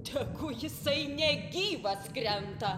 tegu jisai ne gyvas krenta